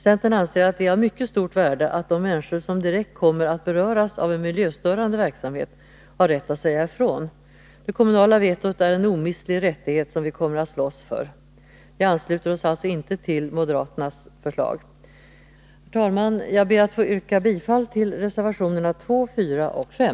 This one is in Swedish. Centern anser att det är av mycket stort värde att de människor som direkt kommer att beröras av en miljöstörande verksamhet har rätt att säga ifrån. Det kommunala vetot är en omistlig rättighet som vi kommer att slåss för. Vi ansluter oss alltså inte till moderaternas förslag. Herr talman! Jag ber att få yrka bifall till reservationerna 2, 4 och 5.